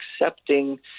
accepting